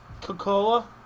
Coca-Cola